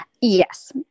Yes